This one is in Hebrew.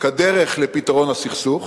כדרך לפתרון הסכסוך,